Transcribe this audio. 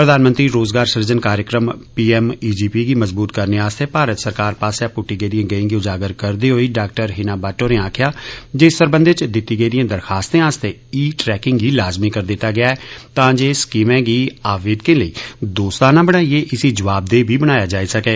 प्रधानमंत्री रोजगार सृजन कार्यक्रम पीएमजीजीपी गी मज़बूत करने आस्तै भारत सरकार पास्सेआ पुट्टी गेदिए गैंई गी उजागर करदे होई डाक्टर हिना भट्ट होरे आक्खेआ जे इस सरबंधै च दित्ती गेदिए दरख्वास्ते आस्तै ई टेंडरिंग गी लाजुमी करी दित्ता गेआ ऐ तां जे स्कीमै गी आवेदकें लेई दोस्ताना बनाइयै एदे च जवाबदेय बी बनाया जाई सकै